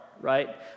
right